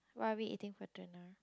what are we eating for dinner